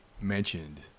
mentioned